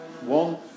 one